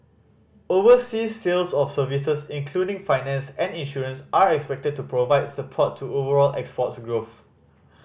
overseas sales of services including finance and insurance are expected to provide support to overall exports growth